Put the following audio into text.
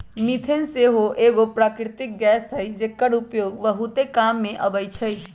methane सेहो एगो प्राकृतिक गैस हई जेकर उपयोग बहुते काम मे अबइ छइ